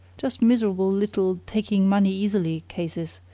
just miserable little taking-money-easily cases,